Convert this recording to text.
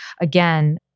again